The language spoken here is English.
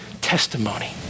testimony